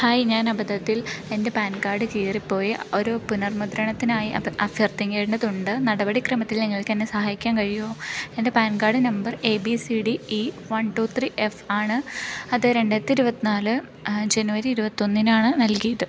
hi ഞാൻ അബദ്ധത്തിൽ എൻ്റെ പാൻ കാർഡ് കീറി പോയി ഒരു പുനർമുദ്രണത്തിനായി അഭ്യർത്ഥിക്കേണ്ടതുണ്ട് നടപടിക്രമത്തിൽ നിങ്ങൾക്ക് എന്നെ സഹായിക്കാൻ കഴിയുമോ എൻ്റെ PAN card number A B C D E one two three F ആണ് അത് രണ്ടായിരത്തി ഇരുപത്തിനാല് ജനുവരി ഇരുപത്തൊന്നിനാണ് നൽകിയത്